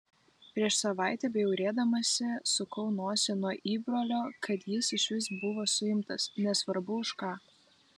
prieš savaitę bjaurėdamasi sukau nosį nuo įbrolio kad jis išvis buvo suimtas nesvarbu už ką